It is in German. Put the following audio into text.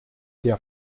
der